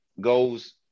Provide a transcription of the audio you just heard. goes